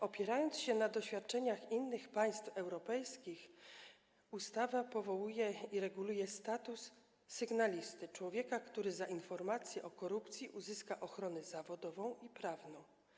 Opierając się na doświadczeniach innych państw europejskich, ustawa powołuje i reguluje status sygnalisty, człowieka, który za informacje o korupcji uzyska ochronę zawodową i prawną.